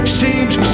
seems